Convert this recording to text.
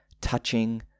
touching